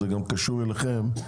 זה גם קשור אליכם,